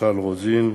מיכל רוזין,